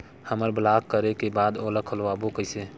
हमर ब्लॉक करे के बाद ओला खोलवाबो कइसे?